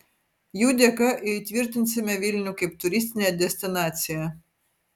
jų dėka įtvirtinsime vilnių kaip turistinę destinaciją